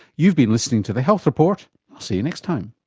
you've been listening to the health report see you next time